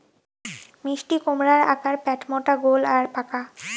মিষ্টিকুমড়ার আকার প্যাটমোটা গোল আর পাকা